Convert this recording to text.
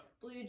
blue